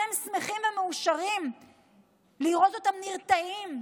אתם שמחים ומאושרים לראות אותם נרתעים?